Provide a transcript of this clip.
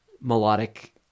melodic